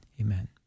Amen